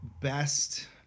best